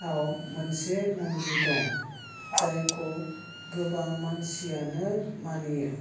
आव मोनसे नन्दि दं जायखौ गोबां मानसियानो मानियो